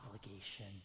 obligation